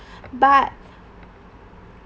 but